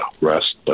rest